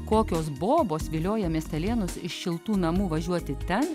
kokios bobos vilioja miestelėnus iš šiltų namų važiuoti ten